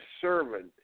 servant